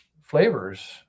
flavors